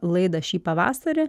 laidą šį pavasarį